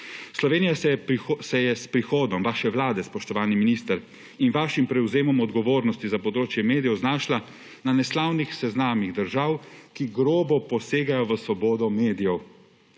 Slovenija se je s prihodom vaše vlade, spoštovani minister, in vašim prevzemom odgovornosti za področje medijev znašla na neslavnih seznamih držav, ki grobo posegajo v svobodo medijev.